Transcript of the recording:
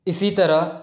اسی طرح